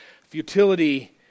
Futility